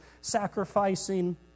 sacrificing